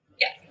Yes